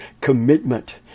commitment